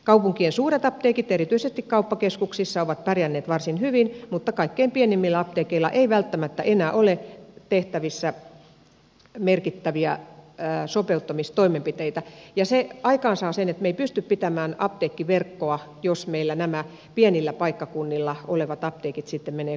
kaupunkien suuret apteekit erityisesti kauppakeskuksissa ovat pärjänneet varsin hyvin mutta kaikkein pienimmillä apteekeilla ei välttämättä enää ole tehtävissä merkittäviä sopeuttamistoimenpiteitä ja se aikaansaa sen että me emme pysty pitämään apteekkiverkkoa jos meillä nämä pienillä paikkakunnilla olevat apteekit sitten menevät konkurssiin